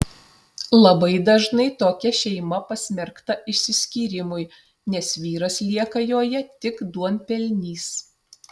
labai dažnai tokia šeima pasmerkta išsiskyrimui nes vyras lieka joje tik duonpelnys